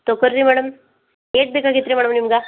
ತೊಗೊರ್ರಿ madam ಏಟು ಬೇಕಾಗಿತ್ತುರಿ madam ನಿಮ್ಗೆ